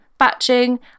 batching